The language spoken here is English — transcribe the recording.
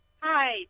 Hi